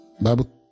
Bible